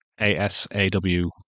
A-S-A-W